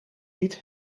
niet